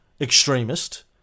extremist